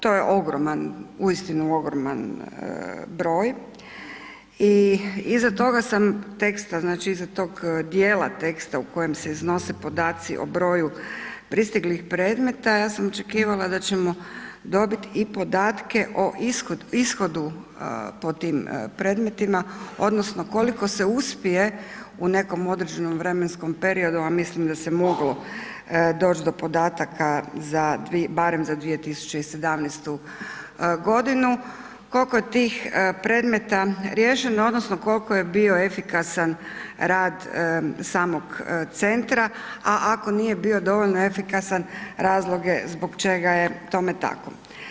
To je ogroman, uistinu ogroman broj i iza toga sam teksta znači iza toga dijela teksta u kojem se iznose podaci o broju pristiglih predmeta ja sam očekivala da ćemo dobiti i podatke o ishodu po tim predmetima odnosno koliko se uspije u nekom određenom vremenskom periodu, a mislim da se moglo doć do podataka barem za 2017. godinu, koliko je tih predmeta riješeno odnosno koliko je bio efikasan rad samog centra, a ako nije bio dovoljno efikasan, razloge zbog čega je tome tako.